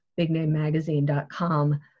bignamemagazine.com